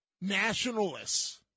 nationalists